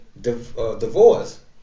divorce